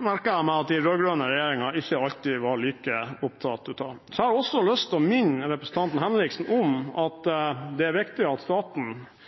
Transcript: merket jeg meg at den rød-grønne regjeringen ikke alltid var like opptatt av. Så vil jeg også minne representanten Henriksen om at det er viktig at staten